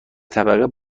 طبقه